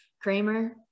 Kramer